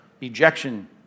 ejection